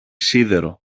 σίδερο